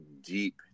deep